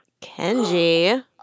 Kenji